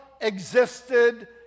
existed